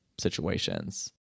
situations